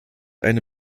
eine